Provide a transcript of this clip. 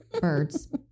Birds